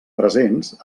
presents